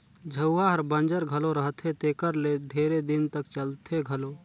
झउहा हर बंजर घलो रहथे तेकर ले ढेरे दिन तक चलथे घलो